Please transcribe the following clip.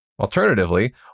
Alternatively